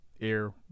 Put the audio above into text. air